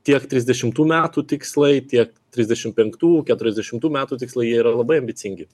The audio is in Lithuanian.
tiek trisdešimtų metų tikslai tiek trisdešim penktų keturiasdešimtų metų tikslai jie yra labai ambicingi